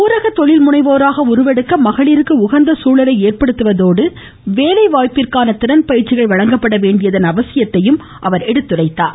ஊரக தொழில்முனைவோராக உருவெடுக்க மகளிருக்கு உகந்த சூழலை ஏற்படுத்துவதோடு வேலைவாய்ப்பிற்கான திறன் பயிற்சிகள் வழங்கப்பட வேண்டியதன் அவசியத்தையும் அவர் வலியுறுத்தினார்